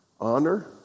Honor